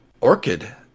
Orchid